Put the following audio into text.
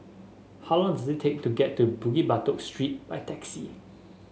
how long it take to get to Bukit Batok Street by taxi